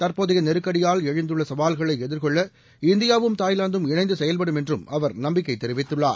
தற்போதைய நெருக்கடியால் எழுந்துள்ள சவால்களை எதிர்கொள்ள இந்தியாவும் தாய்வாந்தும் இணைந்து செயல்படும் என்றும் அவர் நம்பிக்கை தெரிவித்துள்ளார்